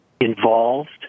involved